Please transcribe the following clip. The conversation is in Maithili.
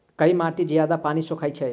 केँ माटि जियादा पानि सोखय छै?